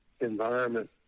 environment